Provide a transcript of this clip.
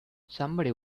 somebody